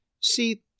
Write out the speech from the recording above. See